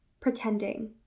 pretending